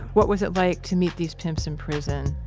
what was it like to meet this pimps in prison?